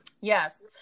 Yes